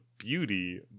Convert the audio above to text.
beauty